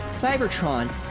Cybertron